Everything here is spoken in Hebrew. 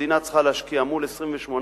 שהמדינה צריכה להשקיע, מול 28%